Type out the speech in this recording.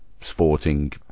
sporting